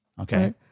Okay